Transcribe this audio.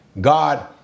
God